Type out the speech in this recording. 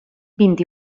vint